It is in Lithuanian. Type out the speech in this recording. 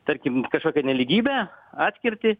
tarkim kažkokią nelygybę atskirtį